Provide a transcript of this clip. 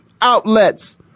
outlets